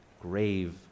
grave